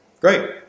great